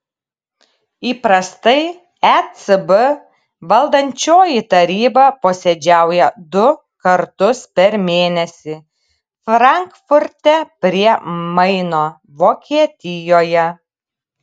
įprastai ecb valdančioji taryba posėdžiauja du kartus per mėnesį frankfurte prie maino vokietijoje